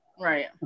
Right